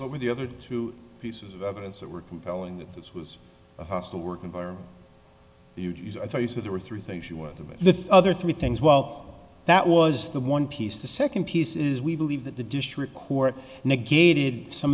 with the other two pieces of evidence that were compelling that this was a hostile work environment use i thought you said there were three things you would do with the other three things well that was the one piece the second piece is we believe that the district court negated some